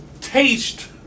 taste